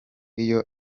iyo